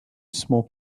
small